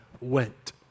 went